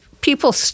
people